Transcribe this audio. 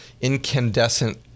Incandescent